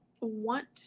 want